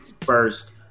first